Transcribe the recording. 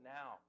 now